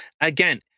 Again